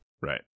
Right